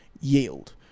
yield